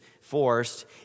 forced